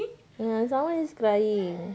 ah someone is crying